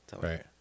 right